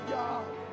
God